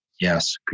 Yes